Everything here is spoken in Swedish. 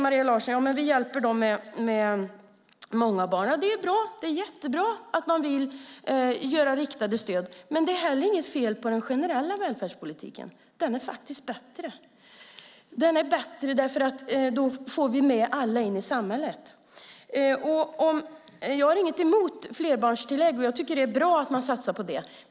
Maria Larsson säger att vi hjälper dem som har många barn. Det är bra att man vill ge riktade stöd. Men det är inte heller något fel på den generella välfärdspolitiken. Den är faktiskt bättre därför att vi då får med alla in i samhället. Jag har ingenting emot flerbarnstillägg, och jag tycker att det är bra att man satsar på det.